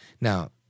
Now